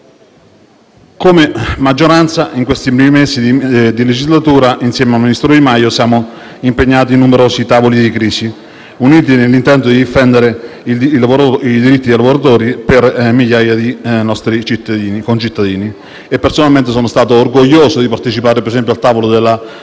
Come maggioranza, in questi primi mesi di legislatura, insieme al ministro Di Maio, siamo impegnati in numerosi tavoli di crisi, uniti nell’intento di difendere i diritti dei lavoratori per migliaia di nostri concittadini. Personalmente, sono stato orgoglioso di partecipare al tavolo che